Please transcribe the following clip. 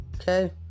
okay